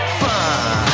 fun